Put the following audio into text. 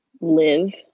live